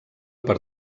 per